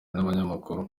n’abanyamakuru